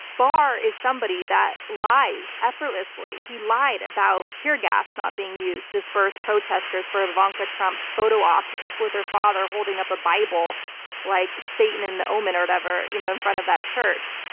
barr is somebody that lies effortlessly. he lied about tear gas not being used to disperse protestors for ivanka trump's photo op with her father holding up a bible like satan and the omen or whatever you know in front of that church.